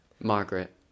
Margaret